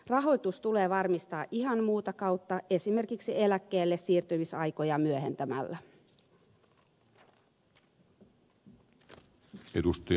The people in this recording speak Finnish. rahoitus tulee varmistaa ihan muuta kautta esimerkiksi eläkkeellesiirtymisaikoja myöhentämällä